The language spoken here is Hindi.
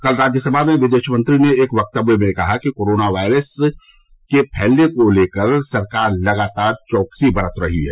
कल राज्यसभा में विदेश मंत्री ने एक वक्तव्य में कहा कि नोवल कोरोना वायरस कोविड नाईीन्टीन के फैलने को लेकर सरकार लगातार चौकसी बरत रही है